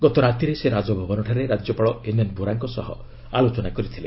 ଗତ ରାତିରେ ସେ ରାଜଭବନଠାରେ ରାଜ୍ୟପାଳ ଏନ୍ଏନ୍ ବୋରାଙ୍କ ସହ ଆଲୋଚନା କରିଥିଲେ